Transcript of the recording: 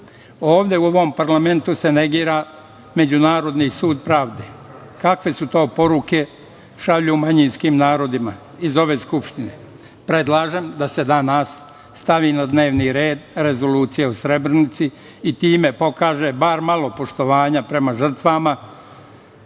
Ovde u ovom parlamentu se negira Međunarodni sud pravde. Kakve to poruke šalju manjinskim narodima iz ove skupštine. Predlažem da se danas stavi na dnevni red rezolucija u Srebrenici i time pokaže, bar malo poštovanja prema žrtvama